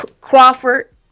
Crawford